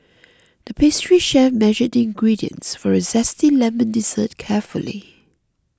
the pastry chef measured the ingredients for a Zesty Lemon Dessert carefully